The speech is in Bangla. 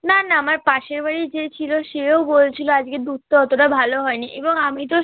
না না আমার পাশের বাড়ির যে ছিলো সেও বলছিলো আজকে দুধটা অতোটা ভালো হয় নি এবং আমি তো